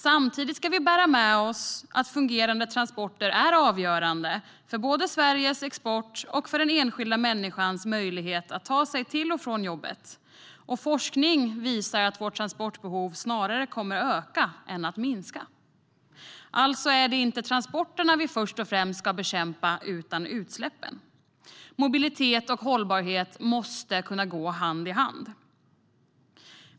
Samtidigt ska vi bära med oss att fungerande transporter är avgörande för både Sveriges export och den enskilda människans möjlighet att ta sig till och från jobbet. Forskning visar att vårt transportbehov kommer att öka snarare än minska. Alltså är det inte först och främst transporterna vi ska bekämpa utan utsläppen. Mobilitet och hållbarhet måste kunna gå hand i hand.